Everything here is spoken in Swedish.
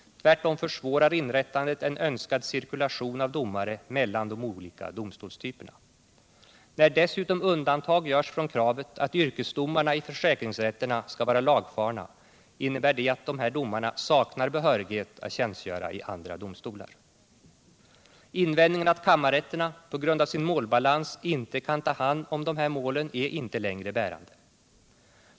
Tvärtom försvårar inrättandet en önskad cirkulation av domare mellan de olika domstolstyperna. När dessutom undantag görs från kravet att yrkesdomarna i försäkringsrätterna skall vara lagfarna, innebär det att dessa domare saknar behörighet att tjänstgöra i andra domstolar. Invändningen att kammarrätterna på grund av sin målbalans inte kan ta hand om dessa mål är inte längre bärande.